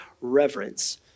reverence